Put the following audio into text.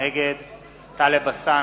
נגד טלב אלסאנע,